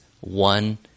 one